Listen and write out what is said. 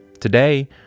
Today